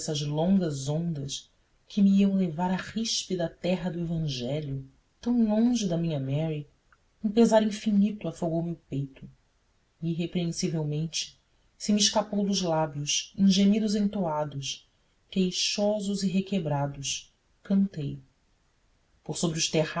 dessas longas ondas que me iam levar a ríspida terra do evangelho tão longe da minha mary um pesar infinito afogou me o peito e irreprensivelmente se me escapou dos lábios em gemidos entoados queixosos e requebrados cantei por sobre os